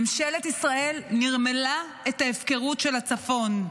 ממשלת ישראל נרמלה את ההפקרות של הצפון.